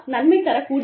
நன்மை தரக்கூடியதா